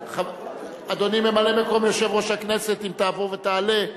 אדוני, ממלא-מקום יושב-ראש הכנסת, אם תבוא ותעלה.